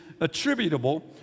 attributable